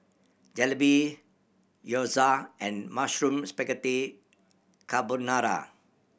Jalebi Gyoza and Mushroom Spaghetti Carbonara